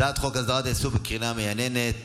הצעת חוק הסדרת העיסוק בקרינה מייננת,